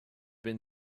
been